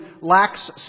lacks